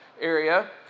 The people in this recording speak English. area